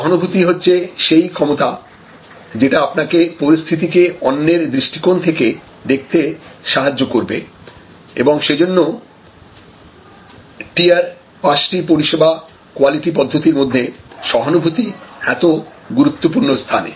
সহানুভূতি হচ্ছে সেই ক্ষমতা যেটা আপনাকে পরিস্থিতিকে অন্যের দৃষ্টিকোণ থেকে দেখতে সাহায্য করবে এবং সেজন্য TEARR পাঁচটি পরিষেবা কোয়ালিটি পদ্ধতির মধ্যে সহানুভূতি এত গুরুত্বপূর্ণ স্থানে